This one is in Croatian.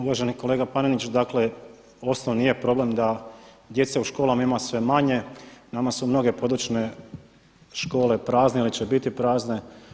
Uvaženi kolega Panenić, dakle osnovni je problem da djece u školama ima sve manje, nama su mnoge područne škole prazne ili će biti prazne.